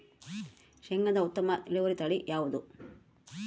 ಶೇಂಗಾದ ಉತ್ತಮ ಇಳುವರಿ ತಳಿ ಯಾವುದು?